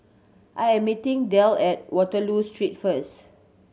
I am meeting Delle at Waterloo Street first